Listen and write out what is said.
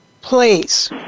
please